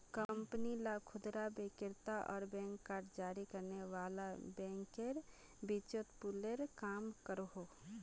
company ला खुदरा विक्रेता आर बैंक कार्ड जारी करने वाला बैंकेर बीचोत पूलेर काम करोहो